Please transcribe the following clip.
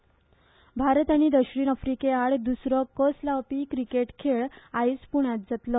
क्रिकेट भारत आनी दक्षिण अफ्रिके आड द्सरो कस लावपी क्रिकेट खेळ आयज पुण्यात जातलो